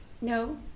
No